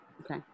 Okay